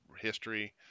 history